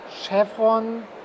Chevron